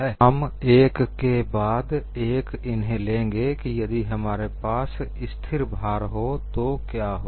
और हम एक के बाद एक इन्हें लेंगे कि यदि हमारे पास स्थिर भार हो तो क्या होगा